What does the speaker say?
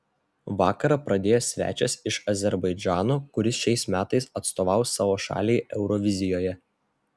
vakarą pradėjo svečias iš azerbaidžano kuris šiais metais atstovaus savo šaliai eurovizijoje